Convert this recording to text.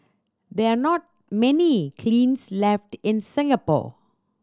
there are not many kilns left in Singapore